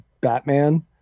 Batman